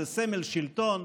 זה סמל שלטון,